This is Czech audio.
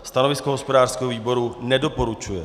Stanovisko hospodářského výboru nedoporučuje.